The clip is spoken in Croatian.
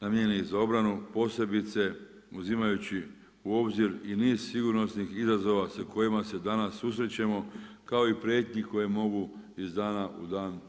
namijenjenih za obranu posebice uzimajući u obzir i niz sigurnosnih izazova sa kojima se danas susrećemo kao i prijetnji koje mogu iz dana u dan